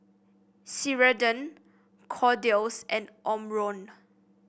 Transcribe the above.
Ceradan Kordel's and Omron